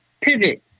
pivot